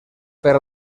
per